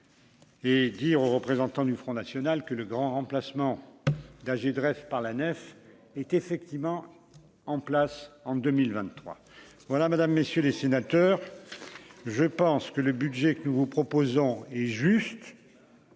Et dire au représentant du Front national que le grand remplacement d'âge et de rêve par la nef est effectivement en place en 2023 voilà, mesdames, messieurs les sénateurs, je pense que le budget que nous vous proposons et juste.